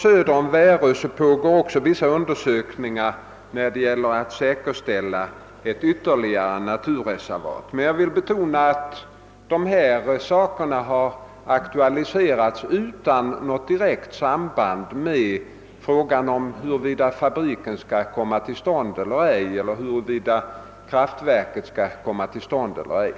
Söder om Värö pågår också vissa undersökningar i samband med säkerställande av ytterligare ett naturreservat. Jag vill betona att dessa åtgärder har aktualiserats utan något direkt samband med frågan om huruvida fabriken eller kraftverket skall komma till stånd eller ej.